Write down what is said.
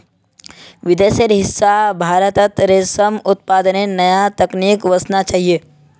विदेशेर हिस्सा भारतत रेशम उत्पादनेर नया तकनीक वसना चाहिए